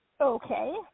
okay